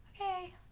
okay